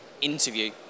interview